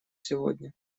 сегодня